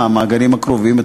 מהמעגלים הקרובים.